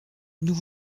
nous